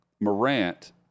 Morant